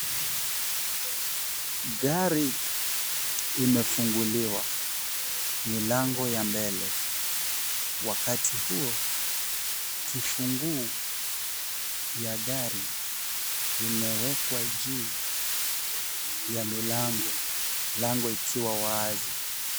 Gari imefunguliwa milango ya mbele, wakati huo kifunguu ya gari imewekwa juu ya milango, lango ikiwa wazi.